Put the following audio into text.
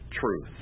truth